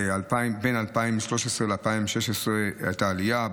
בין 2013 ל-2016 הייתה עלייה,